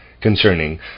concerning